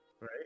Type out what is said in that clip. Right